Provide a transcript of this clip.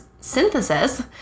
synthesis